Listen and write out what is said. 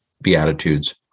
beatitudes